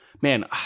Man